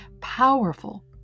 powerful